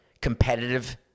competitive